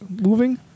moving